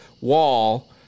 wall